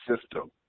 System